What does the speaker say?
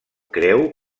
creu